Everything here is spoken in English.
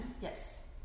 yes